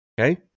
Okay